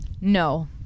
No